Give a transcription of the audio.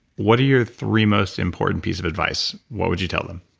what are your three most important piece of advice? what would you tell them?